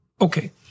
Okay